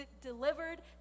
delivered